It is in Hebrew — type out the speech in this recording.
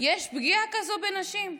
יש פגיעה כזאת בנשים.